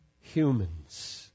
humans